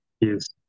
Yes